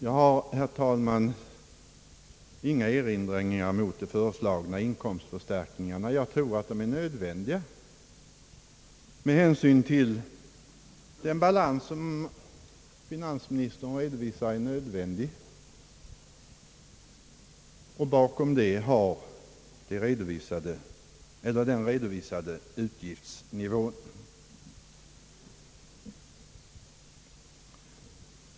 Jag har, herr talman, inga erinringar att göra mot de föreslagna inkomstförstärkningarna. Jag tror att de är nödvändiga med hänsyn till den balans som finansministern anger såsom erforderlig mot bakgrund av den redovisade utgiftsnivån.